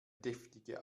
deftige